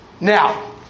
Now